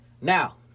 Now